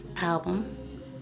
album